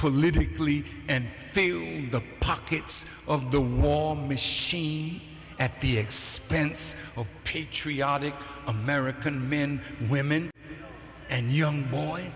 politically and the pockets of the wall machine at the expense of patriotic american men women and young boys